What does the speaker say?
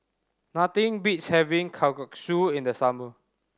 nothing beats having Kalguksu in the summer